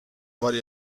varie